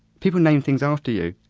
people name things after you,